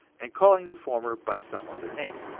and calling the former by some other name.